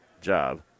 job